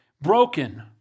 broken